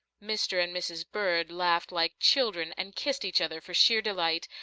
mr. and mrs. bird laughed like children and kissed each other for sheer delight,